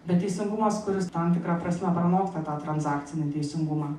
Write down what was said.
bet teisingumas kuris tam tikra prasme pranoksta tą transakcinį teisingumą